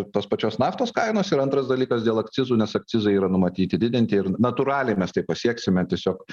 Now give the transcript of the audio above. tos pačios naftos kainos ir antras dalykas dėl akcizų nes akcizai yra numatyti didinti ir natūraliai mes tai pasieksime tiesiog